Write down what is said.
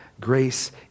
grace